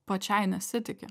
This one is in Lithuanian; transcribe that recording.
pačiai nesitiki